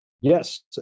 Yes